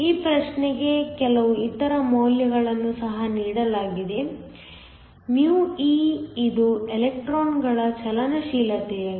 ಈ ಪ್ರಶ್ನೆ ಗೆ ಕೆಲವು ಇತರ ಮೌಲ್ಯಗಳನ್ನು ಸಹ ನೀಡಲಾಗಿದೆ μe ಇದು ಎಲೆಕ್ಟ್ರಾನ್ಗಳ ಚಲನಶೀಲತೆಯಾಗಿದೆ